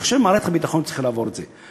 אני חושב שמערכת הביטחון צריכה לעבור את זה.